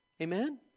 Amen